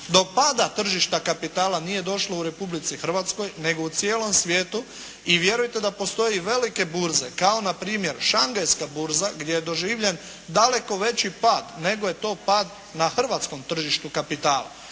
Do pada tržišta kapitala nije došlo u Republici Hrvatskoj nego u cijelom svijetu. I vjerujte da postoje velike burze kao npr. Šangajska burza gdje je doživljen daleko veći pad nego je to pad na hrvatskom tržištu kapitala.